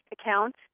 account